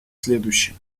следующем